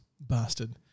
bastard